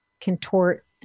contort